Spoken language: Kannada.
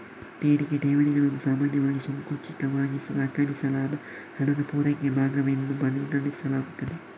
ಬೇಡಿಕೆ ಠೇವಣಿಗಳನ್ನು ಸಾಮಾನ್ಯವಾಗಿ ಸಂಕುಚಿತವಾಗಿ ವ್ಯಾಖ್ಯಾನಿಸಲಾದ ಹಣದ ಪೂರೈಕೆಯ ಭಾಗವೆಂದು ಪರಿಗಣಿಸಲಾಗುತ್ತದೆ